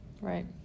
Right